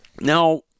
Now